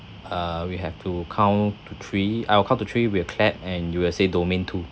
uh we have to count to three I will count to three we'll clap and you will say domain two